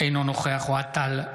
אינו נוכח אוהד טל,